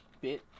bit